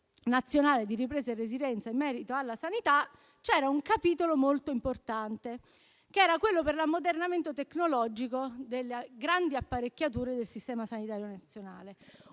nazionale di ripresa e resilienza in merito alla sanità, c'era un capitolo molto importante, relativo all'ammodernamento tecnologico delle grandi apparecchiature del sistema sanitario nazionale: